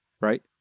right